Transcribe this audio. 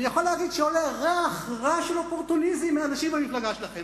אני יכול להגיד שעולה ריח רע של אופורטוניזם מאנשים מהמפלגה שלכם,